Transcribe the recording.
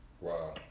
Wow